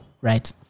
right